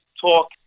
talk